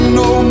no